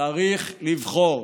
צריך לבחור.